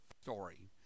story